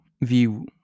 view